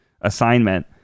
assignment